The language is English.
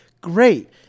great